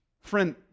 Friend